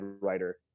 writer